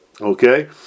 Okay